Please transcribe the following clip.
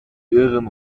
ihren